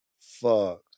Fuck